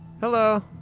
Hello